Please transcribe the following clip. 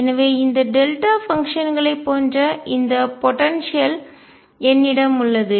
எனவே இந்த delta function களைப் போன்ற இந்த போடன்சியல் ஆற்றல் என்னிடம் உள்ளது